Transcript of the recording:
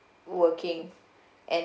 working and